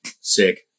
sick